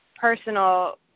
personal